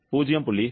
0